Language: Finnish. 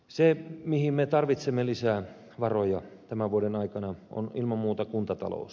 se mihin me tarvitsemme lisää varoja tämän vuoden aikana on ilman muuta kuntatalous